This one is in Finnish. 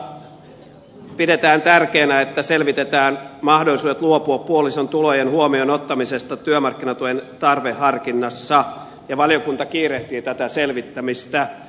hallitusohjelmassa pidetään tärkeänä että selvitetään mahdollisuudet luopua puolison tulojen huomioon ottamisesta työmarkkinatuen tarveharkinnassa ja valiokunta kiirehtii tätä selvittämistä